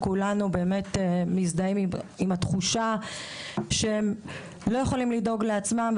כולנו מזדהים עם התחושה שהם לא יכולים לדאוג לעצמם,